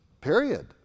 Period